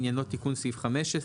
עניינו תיקון סעיף 15,